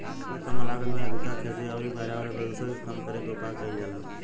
एइमे कम लागत में अधिका खेती अउरी पर्यावरण प्रदुषण के कम करे के उपाय कईल जाला